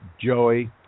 Joey